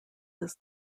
this